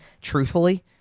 Truthfully